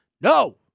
No